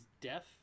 deaf